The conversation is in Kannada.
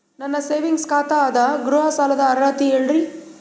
ನನ್ನ ಸೇವಿಂಗ್ಸ್ ಖಾತಾ ಅದ, ಗೃಹ ಸಾಲದ ಅರ್ಹತಿ ಹೇಳರಿ?